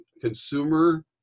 consumer